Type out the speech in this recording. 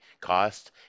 cost